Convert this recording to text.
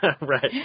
Right